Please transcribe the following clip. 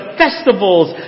festivals